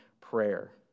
prayer